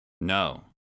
no